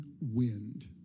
wind